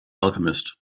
alchemist